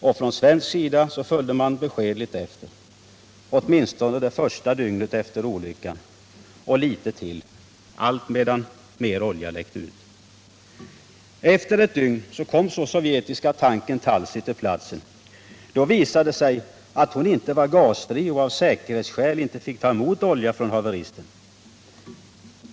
Och från svensk sida följde man beskedligt efter, åtminstone det första dygnet efter olyckan och litet till, alltmedan mer olja läckte ut. Efter ett dygn kom så den sovjetiska tankern Talsy till platsen. Då visade det sig att hon inte var gasfri och av säkerhetsskäl inte fick ta emot olja från haveristen.